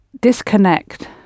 disconnect